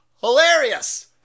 hilarious